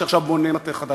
שעכשיו בונה מטה חדש,